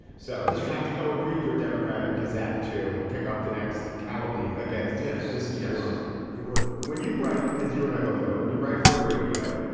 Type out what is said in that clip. so you have to go and read your democratic is at to pick up the next calumny against. yes, this is every month you would when you write, as you and i both know, when you write for radio,